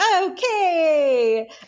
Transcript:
okay